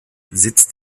sitzt